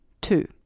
Two